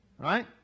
right